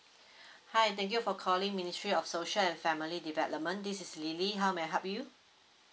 hi thank you for calling ministry of social and family development this is lily how may I help you